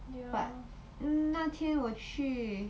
but um 那天我去